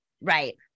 Right